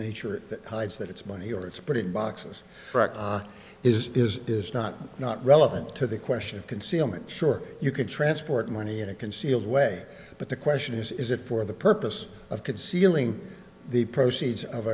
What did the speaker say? nature hides that it's money or it's pretty boxes is is is not not relevant to the question of concealment sure you could transport money in a concealed way but the question is is it for the purpose of concealing the proceeds of